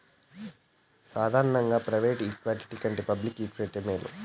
సాదారనంగా private equity కంటే public ఈక్విటీనే మేలు